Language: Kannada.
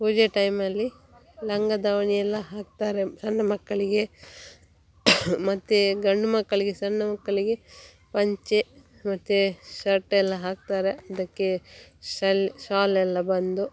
ಪೂಜೆ ಟೈಮಲ್ಲಿ ಲಂಗ ದಾವಣಿಯೆಲ್ಲ ಹಾಕ್ತಾರೆ ಸಣ್ಣ ಮಕ್ಕಳಿಗೆ ಮತ್ತು ಗಂಡುಮಕ್ಕಳಿಗೆ ಸಣ್ಣ ಮಕ್ಕಳಿಗೆ ಪಂಚೆ ಮತ್ತು ಶರ್ಟೆಲ್ಲ ಹಾಕ್ತಾರೆ ಅದಕ್ಕೆ ಶಾಲು ಶಾಲ್ ಎಲ್ಲ ಬಂದು